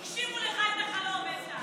הגשימו לך את החלום, איתן.